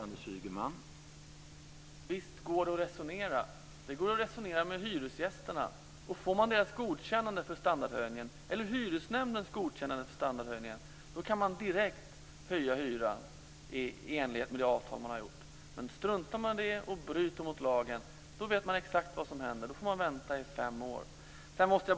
Herr talman! Visst går det att resonera. Det går att resonera med hyresgästerna. Får man deras eller hyresnämndens godkännande när det gäller standardhöjningen kan man direkt höja hyran i enlighet med det avtal man har slutit. Men struntar man i det och bryter mot lagen vet man exakt vad som händer. Då får man vänta i fem år.